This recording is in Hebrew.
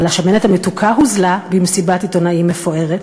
אבל השמנת המתוקה הוזלה במסיבת עיתונאים מפוארת.